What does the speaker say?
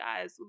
guys